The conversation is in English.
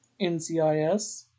NCIS